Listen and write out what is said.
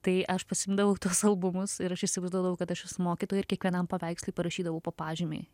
tai aš pasiimdavau tuos albumus ir aš įsivaizdavau kad aš esu mokytoja ir kiekvienam paveikslui parašydavau po pažymį